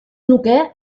nuke